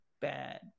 bad